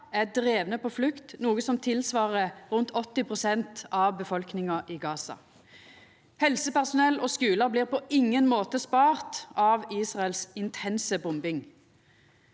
er drivne på flukt, noko som utgjer rundt 80 pst. av befolkninga i Gaza. Helsepersonell og skular vert på ingen måte spart av Israels intense bombing.